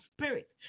spirit